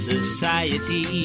Society